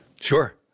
Sure